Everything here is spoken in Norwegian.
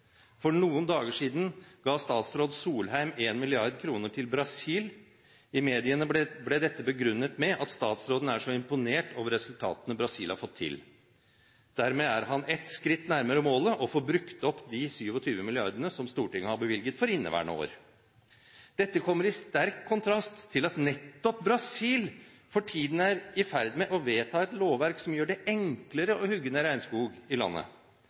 For noen dager siden ga statsråd Solheim 1 mrd. kr til Brasil. I mediene ble dette begrunnet med at statsråden er så imponert over resultatene Brasil har fått til. Dermed er han ett skritt nærmere målet, å få brukt opp alle de 27 milliardene som Stortinget har bevilget for inneværende år. Dette kommer i sterk kontrast til at nettopp Brasil for tiden er i ferd med å vedta et lovverk som gjør det enklere å hugge ned regnskog i landet.